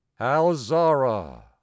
Alzara